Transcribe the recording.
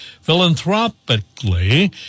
philanthropically